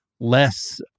less